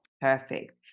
perfect